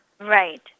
Right